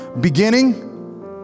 Beginning